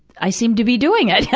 i seem to be doing it, yeah